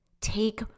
take